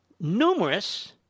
numerous